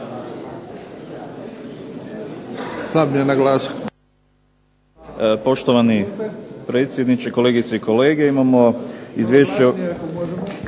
Damir (HDZ)** Poštovani predsjedniče, kolegice i kolege. Imamo izvješće